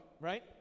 right